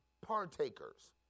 partakers